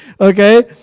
Okay